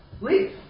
Leave